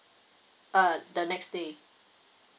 uh the next day